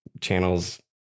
channels